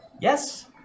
Yes